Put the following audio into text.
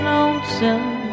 Lonesome